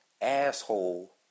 asshole